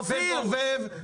בדוב"ב,